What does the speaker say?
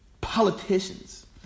politicians